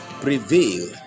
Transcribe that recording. prevail